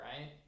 right